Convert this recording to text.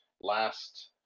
last